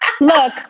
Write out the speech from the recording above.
Look